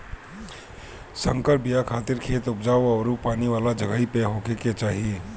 संकर बिया खातिर खेत उपजाऊ अउरी पानी वाला जगही पे होखे के चाही